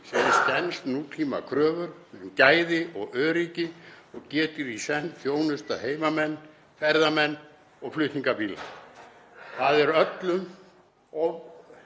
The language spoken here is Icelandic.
sem stenst nútímakröfur um gæði og öryggi og getur í senn þjónustað heimamenn, ferðamenn og flutningabíla. Það er öllum